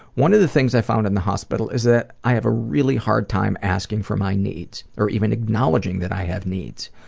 one of the things i found in the hospital is that i have a really hard time asking for my needs, or even acknowledging that i have needs.